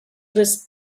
was